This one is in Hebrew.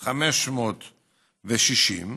1560,